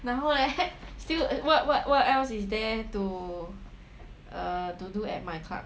然后 leh still what what what else is there to err to do at myClub